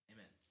Amen